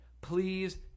please